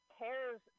cares